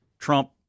Trump